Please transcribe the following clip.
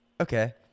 Okay